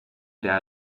der